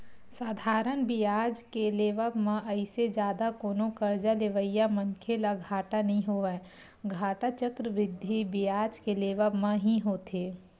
साधारन बियाज के लेवब म अइसे जादा कोनो करजा लेवइया मनखे ल घाटा नइ होवय, घाटा चक्रबृद्धि बियाज के लेवब म ही होथे